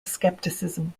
scepticism